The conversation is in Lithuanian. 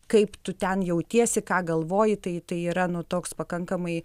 kaip tu ten jautiesi ką galvoji tai tai yra nu toks pakankamai